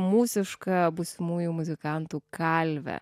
mūsišką būsimųjų muzikantų kalvę